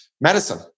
medicine